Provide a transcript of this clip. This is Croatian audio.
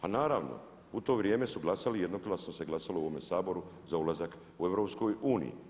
Pa naravno u to vrijeme su glasali jednoglasno se glasalo u ovome Saboru za ulazak u EU.